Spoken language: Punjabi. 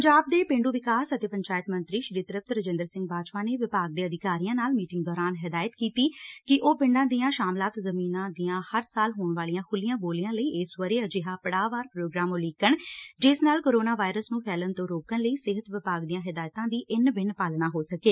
ਪੰਜਾਬ ਦੇ ਪੇਂਡੂ ਵਿਕਾਸ ਅਤੇ ਪੰਚਾਇਤ ਮੰਤਰੀ ਤ੍ਰਿਪਤ ਰਜਿੰਦਰ ਸਿੰਘ ਬਾਜਵਾ ਨੇ ਵਿਭਾਗ ਦੇ ਅਧਿਕਾਰੀਆਂ ਨਾਲ ਮੀਟਿੰਗ ਦੌਰਾਨ ਹਦਾਇਤ ਕੀਤੀ ਕਿ ਉਹ ਪਿੰਡਾਂ ਦੀਆਂ ਸ਼ਾਮਲਾਤ ਜ਼ਮੀਨਾ ਦੀਆਂ ਹਰ ਸਾਲ ਹੋਣ ਵਾਲੀਆਂ ਖੁੱਲੀਆਂ ਬੋਲੀਆਂ ਲਈ ਇਸ ਵਰੇ ਅਜਿਹਾ ਪੜਾਅਵਾਰ ਪ੍ਰੋਗਰਾਮ ਉਲੀਕਣ ਜਿਸ ਨਾਲ ਕਰੋਨਾ ਵਾਇਰਸ ਨੂੰ ਫੈਲਣ ਤੋਂ ਰੋਕਣ ਲਈ ਸਿਹਤ ਵਿਭਾਗ ਦੀਆਂ ਹਦਾਇਤਾਂ ਦੀ ਇੰਨ ਬਿਨ ਪਾਲਣਾ ਹੋ ਸਕੇ